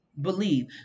believe